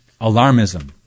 alarmism